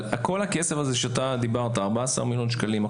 אבל כל הכסף שאתה דיברת 14 מיליון שקלים,